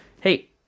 hey